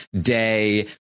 Day